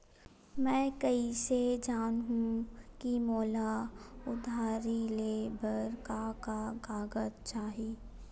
मैं कइसे जानहुँ कि मोला उधारी ले बर का का कागज चाही?